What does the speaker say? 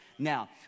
Now